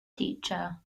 teacher